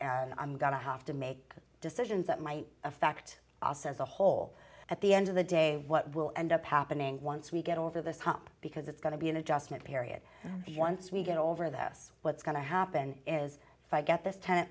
and i'm going to have to make decisions that might affect also as a whole at the end of the day what will end up happening once we get over this hump because it's going to be an adjustment period once we get over this what's going to happen is if i get this tenant